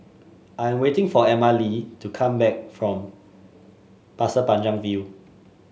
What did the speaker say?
I am waiting for Emmalee to come back from Pasir Panjang View